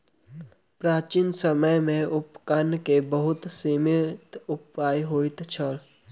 प्राचीन समय में उपकरण के बहुत सीमित उपाय होइत छल